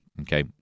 Okay